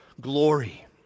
glory